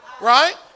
Right